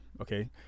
okay